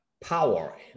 power